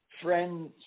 friends